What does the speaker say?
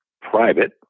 private